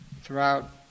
Throughout